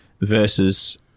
versus